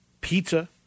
pizza